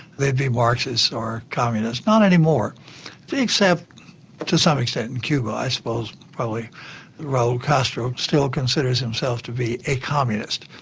they'd be marxist or communist. not any more, except to some extent in cuba i suppose probably raoul castro still considers himself to be a communist.